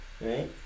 right